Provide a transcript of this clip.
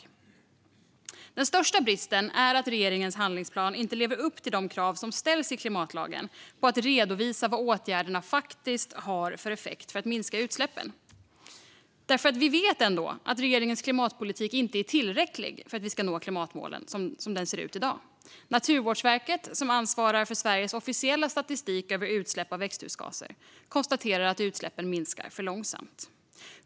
För det första är den största bristen att regeringens handlingsplan inte lever upp till de krav som ställs i klimatlagen på att redovisa vad åtgärderna faktiskt har för effekt för att minska utsläppen. Vi vet ändå att regeringens klimatpolitik, som den ser ut i dag, inte är tillräcklig för att vi ska nå klimatmålen. Naturvårdsverket, som ansvarar för Sveriges officiella statistik över utsläpp av växthusgaser, konstaterar att utsläppen minskar för långsamt.